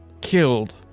killed